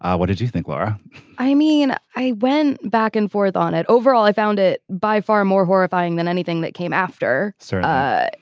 what did you think laura i mean i went back and forth on it. overall i found it by far more horrifying than anything that came after sarah.